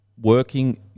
working